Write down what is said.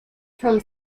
from